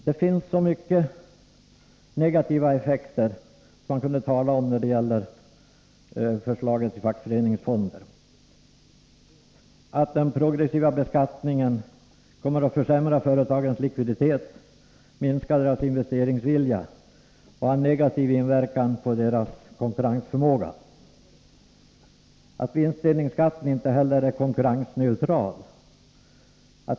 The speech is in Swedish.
Det finns så mycket negativa effekter som man kunde tala om när det gäller förslaget till fackföreningsfonder. Den progressiva beskattningen kommer att försämra företagens likviditet, minska deras investeringsvilja och ha negativ inverkan på deras konkurrensförmåga. Vinstdelningsskatten är inte heller konkurrensneutral.